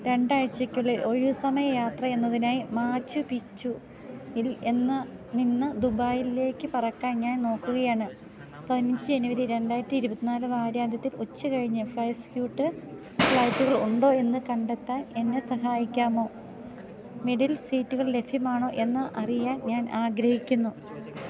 രണ്ടാഴ്ചയ്ക്കുള്ളിൽ ഒഴിവുസമയ യാത്ര എന്നതിനായി മാച്ചു പിച്ചുവിൽ നിന്ന് ദുബായിലേക്ക് പറക്കാൻ ഞാൻ നോക്കുകയാണ് പതിനഞ്ച് ജനുവരി രണ്ടായിരത്തി ഇരുപത്തിനാല് വാരാന്ത്യത്തിൽ ഉച്ചകഴിഞ്ഞ് ഫ്ളൈ സ്ക്യൂട്ട് ഫ്ലൈറ്റുകളുണ്ടോയെന്ന് കണ്ടെത്താൻ എന്നെ സഹായിക്കാമോ മിഡിൽ സീറ്റുകൾ ലഭ്യമാണോയെന്ന് അറിയാൻ ഞാനാഗ്രഹിക്കുന്നു